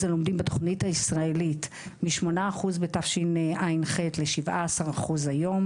הלומדים בתכנית הישראלית מ-8% בתשע"ח ל-17% היום,